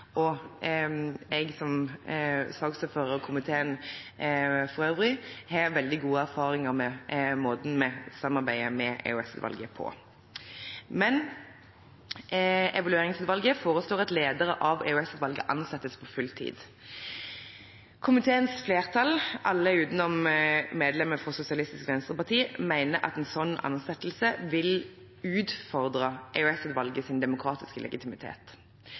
vis. Jeg som saksordfører og den øvrige komiteen har veldig gode erfaringer med måten vi samarbeider med EOS-utvalget på. Men Evalueringsutvalget foreslår at lederen av EOS-utvalget ansettes på full tid. Komiteens flertall, alle unntatt medlemmet fra Sosialistisk Venstreparti, mener at en slik ansettelse vil utfordre EOS-utvalgets demokratiske legitimitet.